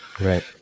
Right